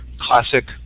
Classic